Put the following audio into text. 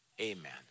amen